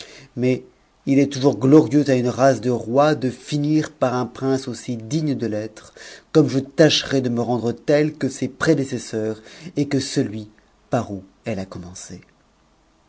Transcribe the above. mais il est toujours glorieux à une race de rois de unir par m prince aussi digne de l'être comme je tacherai de me rendre tel que ses prédécesseurs et que celui par où elle a commencé